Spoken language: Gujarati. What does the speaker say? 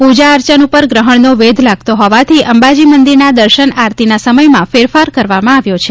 પુજા અર્ચન ઉપર શ્રહણનો વેધ લાગતો હોવાથી અંબાજી મંદિર નાં દર્શન આરતી નાં સમય માં ફેરફાર કરવામાં આવ્યો છે